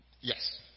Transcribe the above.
Yes